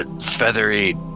feathery